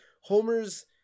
Homer's